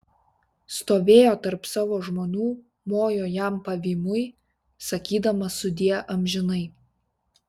stovėjo tarp savo žmonių mojo jam pavymui sakydama sudie amžinai